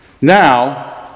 now